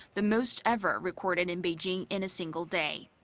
the most ever recorded in beijing in a single day.